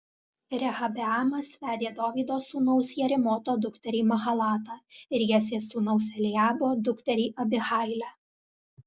rehabeamas vedė dovydo sūnaus jerimoto dukterį mahalatą ir jesės sūnaus eliabo dukterį abihailę